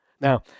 Now